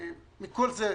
מכל זה,